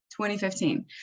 2015